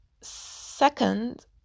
second